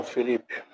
Felipe